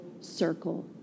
circle